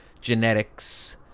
genetics